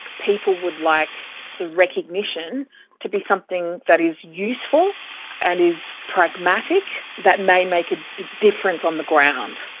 people would like the recognition to be something that is useful and is pragmatic, that may make a difference on the ground.